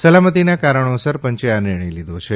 સાલમતિના કારણોસર પંચે આ નિર્ણય લીધો છે